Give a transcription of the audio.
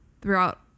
throughout